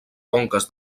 conques